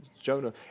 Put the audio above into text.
Jonah